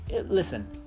listen